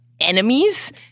enemies